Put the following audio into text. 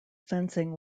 fencing